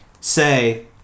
say